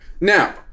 now